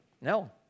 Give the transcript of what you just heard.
No